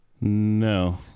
No